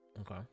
Okay